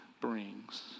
brings